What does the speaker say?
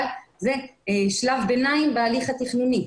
זה שלב ביניים בהליך התכנוני.